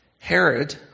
Herod